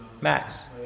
Max